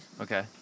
Okay